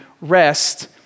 rest